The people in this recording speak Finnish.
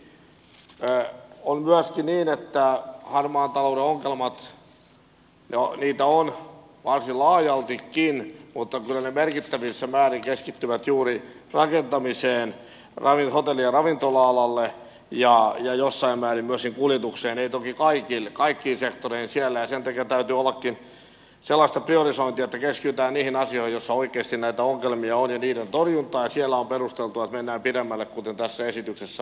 on myöskin niin että harmaan talouden ongelmat joita on varsin laajaltikin kyllä merkittävissä määrin keskittyvät juuri rakentamiseen hotelli ja ravintola alalle ja jossain määrin myöskin kuljetukseen ei toki kaikkiin sektoreihin siellä ja sen takia täytyy ollakin sellaista priorisointia että keskitytään niihin asioihin joissa oikeasti näitä ongelmia on ja niiden torjuntaan ja siellä on perusteltua että mennään pidemmälle kuten tässä esityksessä on menty